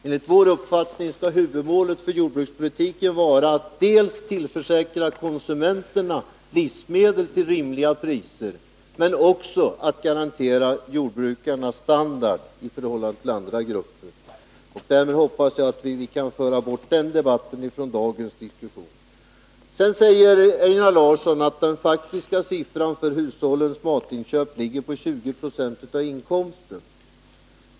Enligt vår uppfattning skall huvudmålet vara dels att tillförsäkra konsumenterna livsmedel till rimliga priser, dels också att garantera jordbrukarnas standard i förhållande till andra grupper. Därmed hoppas jag att vi kan föra bort den debatten från dagens diskussion. Einar Larsson säger att den faktiska siffran för hushållens matinköp ligger på 20 26 av inkomsten.